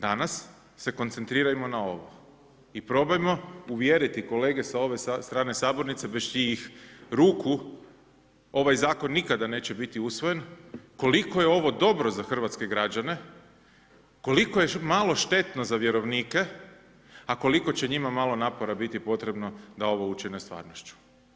Danas se koncentrirajmo na ovo i probajmo uvjeriti kolege sa ove strane sabornice bez čijih ruku ovaj Zakon nikada neće biti usvojen, koliko je ovo dobro za hrvatske građane, koliko je malo štetno za vjerovnike, a koliko će njima malo napora biti potrebno da ovo učine stvarnošću.